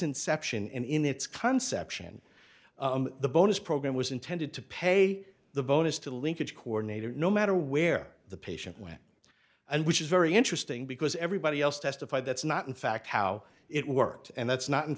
inception in its concepts in the bonus program was intended to pay the bonus to the linkage coordinator no matter where the patient went and which is very interesting because everybody else testified that's not in fact how it worked and that's not in